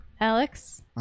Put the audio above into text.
Alex